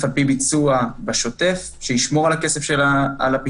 על פי ביצוע בשוטף שישמור על הכסף של הפיתוח.